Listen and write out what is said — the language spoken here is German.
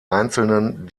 einzelnen